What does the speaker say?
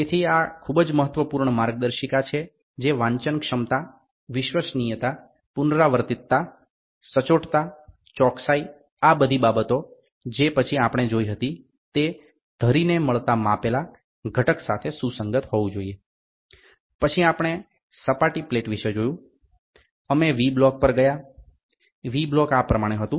તેથી આ ખૂબ જ મહત્વપૂર્ણ માર્ગદર્શિકા છે જે વાંચનક્ષમતા વિશ્વસનીયતા પુનરાવર્તિતતા સચોટતી ચોકસાઈ આ બધી બાબતો જે પછી આપણે જોઇ હતી તે ધરીને મળતા માપેલા ઘટક સાથે સુસંગત હોવું જોઈએ પછી આપણે સપાટી પ્લેટ વિશે જોયું અમે વી બ્લોક પર ગયા વી બ્લોક આ પ્રમાણે હતું